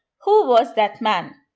who was that man?